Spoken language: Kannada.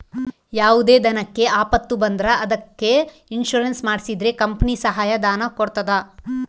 ಯಾವುದೇ ದನಕ್ಕೆ ಆಪತ್ತು ಬಂದ್ರ ಅದಕ್ಕೆ ಇನ್ಸೂರೆನ್ಸ್ ಮಾಡ್ಸಿದ್ರೆ ಕಂಪನಿ ಸಹಾಯ ಧನ ಕೊಡ್ತದ